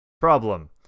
Problem